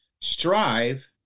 strive